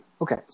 Okay